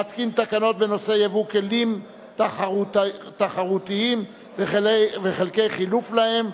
להתקין תקנות בנושא ייבוא כלים תחרותיים וחלקי חילוף להם,